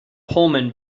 pullman